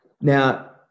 Now